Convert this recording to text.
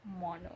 mono